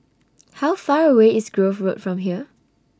How Far away IS Grove Road from here